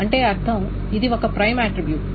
అంటే అర్ధం ఇది ఒక ప్రైమ్ ఆట్రిబ్యూట్